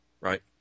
right